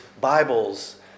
Bibles